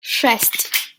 шесть